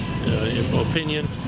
opinion